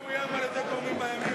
מאוים על-ידי גורמים בימין,